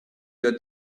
your